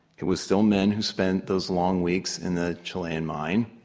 it was still men who spent those long weeks in the chilean mine.